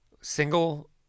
single